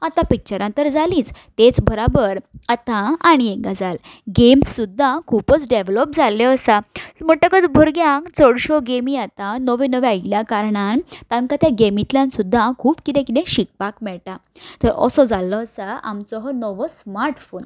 आतां पिच्चरां तर जालींच तेच बराबर आतां आनी एक गजाल गेम्स सुद्दां खुबच डेविलॉप जाल्यो आसा म्हणटकच भुरग्यांक चडश्यो गेमी आतां नव्यो नव्यो आयिल्ल्या कारणान तांकां त्या गेमींतल्यान सुद्दां खूब कितें कितें शिकपाक मेळटा तर असो जाल्लो आसा आमचो हो नवो स्मार्ट फोन